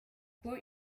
brought